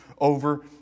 over